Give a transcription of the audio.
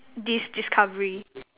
this discovery